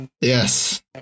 Yes